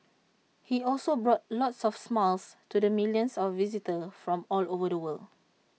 he also brought lots of smiles to the millions of visitors from all over the world